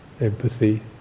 empathy